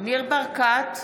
ניר ברקת,